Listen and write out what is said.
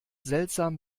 seltsam